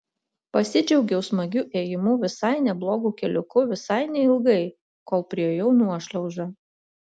pasidžiaugiau smagiu ėjimu visai neblogu keliuku visai neilgai kol priėjau nuošliaužą